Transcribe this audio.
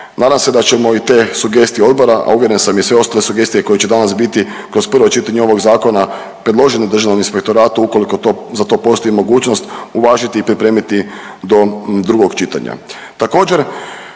Nadam se da ćemo i te sugestije odbora, a uvjeren sam i sve ostale sugestije koje će danas biti kroz prvo čitanje ovog zakona predloženom državnom inspektoratu ukoliko to, za to postoji mogućnosti, uvažiti i pripremiti do drugog čitanja.